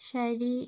ശരി